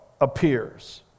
appears